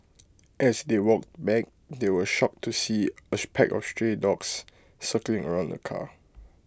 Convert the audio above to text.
as they walked back they were shocked to see A pack of stray dogs circling around the car